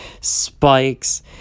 spikes